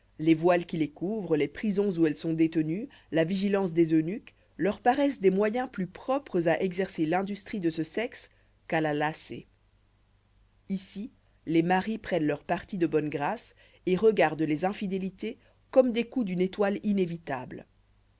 les voiles qui les couvrent les prisons où elles sont détenues la vigilance des eunuques leur paroissent des moyens plus propres à exercer l'industrie du sexe qu'à la lasser ici les maris prennent leur parti de bonne grâce et regardent les infidélités comme des coups d'une étoile inévitable